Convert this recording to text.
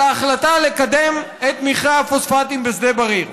ההחלטה לקדם את מכרה הפוספטים בשדה בריר.